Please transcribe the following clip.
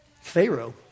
Pharaoh